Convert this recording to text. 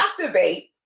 activate